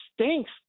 stinks